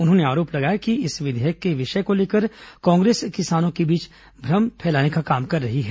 उन्होंने आरोप लगाया कि इस विधेयक के विषय को लेकर कांग्रेस किसानों के बीच भ्रम फैलाने का काम कर रही है